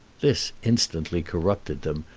this instantly corrupted them,